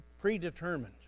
predetermined